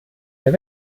mehr